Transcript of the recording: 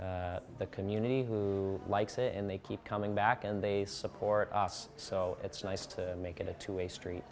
the community who likes it and they keep coming back and they support us so it's nice to make it a two way street